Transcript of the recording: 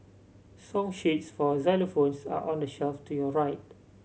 song sheets for xylophones are on the shelf to your right